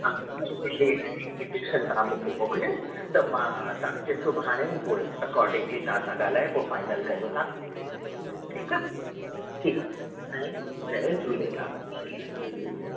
मूंखे हिन जी कोटेशन तव्हां मूंखे मोकिलियो त मां तव्हां खे सुभाणे ई पोइ उन जे अकॉडिंगली असां ॻाल्हाए फाइनल कयूं था ठीकु आहे ठीकु ऐं जय झूलेलाल